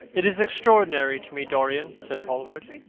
it is extraordinary to me, dorian, said hallward,